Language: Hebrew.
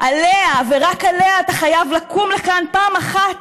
עליה ורק עליה אתה חייב לקום לכאן פעם אחת